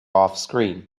offscreen